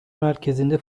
merkezinde